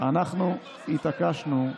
אנחנו התעקשנו,